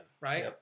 right